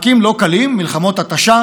כמי שמעורב בקבלת ההחלטות.